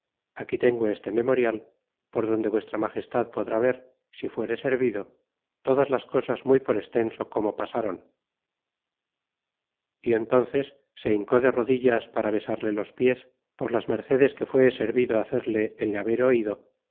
aquí tengo este memorial por donde vuestra magestad podrá ver si fuere servido todas las cosas muy por extenso corno pas a ron y entances se hincó de rodillas para besarle los pies por las mercedes que fue servido hacerle en le haber oído